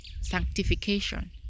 sanctification